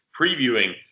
previewing